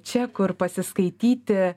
čia kur pasiskaityti